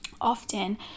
often